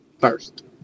first